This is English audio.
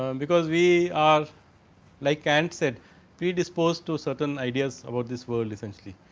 um because, we are like and said pre dispose to certain ideas award this world essentially.